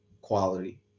quality